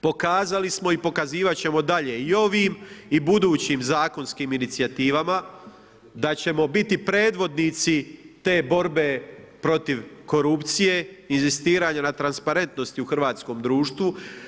Pokazali smo i pokazivat ćemo dalje i ovim i budućim zakonskim inicijativama da ćemo biti predvodnici te borbe protiv korupcije inzistiranja na transparentnosti u hrvatskom društvu.